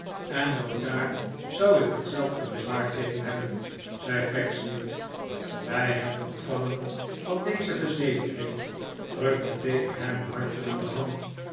en ook daar zou ik hetzelfde bezwaar tegen hebben zei pecksniff bij het ontvangen van deze verzekering drukte tigg hem hartelijk de hand